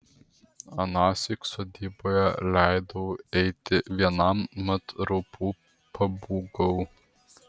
anąsyk sodyboje leidau eiti vienam mat raupų pabūgau